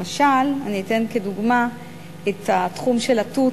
למשל, אתן כדוגמה את התחום של התות,